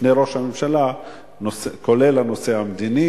בפני ראש הממשלה כוללת את הנושא המדיני,